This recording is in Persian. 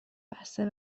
بسته